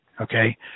Okay